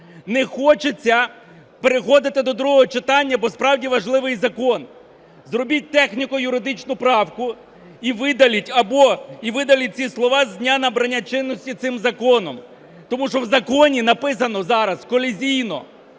Не хочеться переходити до другого читання, бо справді важливий закон. Зробіть техніко-юридичну правку і видаліть ці слова: "з дня набрання чинності цим законом". Тому що в законі написано зараз колізійно,